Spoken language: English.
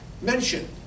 mention